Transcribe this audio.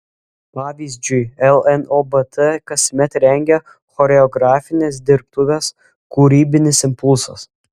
pavyzdžiui lnobt kasmet rengia choreografines dirbtuves kūrybinis impulsas